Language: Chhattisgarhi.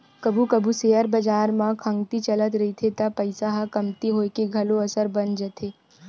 कभू कभू सेयर बजार म खंगती चलत रहिथे त पइसा ह कमती होए के घलो असार बन जाथे